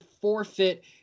forfeit